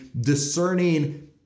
discerning